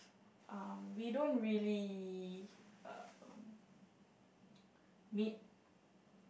um we don't really err meet